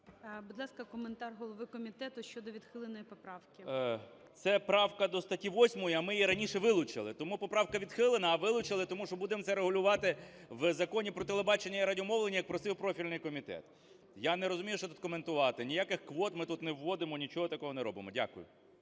Будь ласка, коментар голови комітету щодо відхиленої поправки. 11:58:16 КНЯЖИЦЬКИЙ М.Л. Це правка до статті 8, а ми її раніше вилучили, тому поправка відхилена. А вилучили, тому що будемо це регулювати в Законі "Про телебачення і радіомовлення", як просив профільний комітет. Я не розумію, що тут коментувати, ніяких квот ми тут не вводимо, нічого такого не робимо. Дякую.